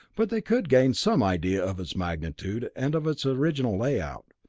but they could gain some idea of its magnitude, and of its original layout.